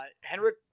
Henrik